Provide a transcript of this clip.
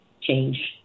change